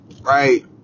right